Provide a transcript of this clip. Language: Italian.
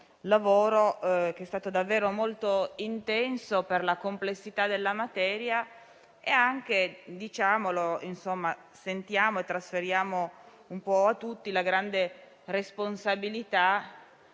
lavoro che è stato davvero molto intenso per la complessità della materia e anche perché sentiamo di trasferire un po' a tutti la grande responsabilità